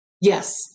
Yes